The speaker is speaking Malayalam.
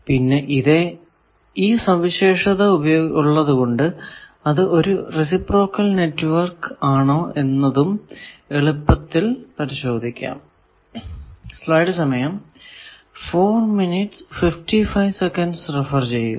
പിന്നെ ഈ ഒരു സവിശേഷത ഉള്ളതുകൊണ്ട് അത് ഒരു റേസിപ്രോക്കൽ നെറ്റ്വർക്ക് ആണോ എന്നും എളുപ്പത്തിൽ പരിശോധിക്കാം